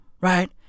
Right